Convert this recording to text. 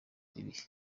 ibihe